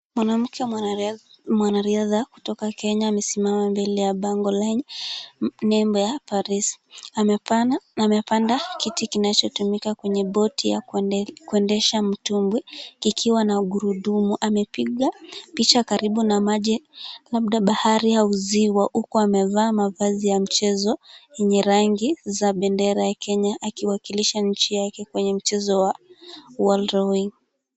Mwanamke mwanariadha kutoka Kenya amesema mbele ya bango lenye nembo ya Paris. Amepanda kiti kinachotumika kwenye boti ya kuendesha mtumbwi kikiwa na ugurudumu. Amepiga picha karibu na maji labda bahari au ziwa huku amevaa mavazi ya mchezo yenye rangi za bendera ya Kenya akiwakilisha nchi yake kwenye mchezo wa world rowing .